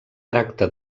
tracta